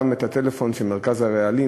גם את מספר הטלפון של מרכז הרעלים,